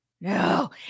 No